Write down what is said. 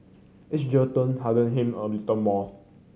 each jail term hardened him a little more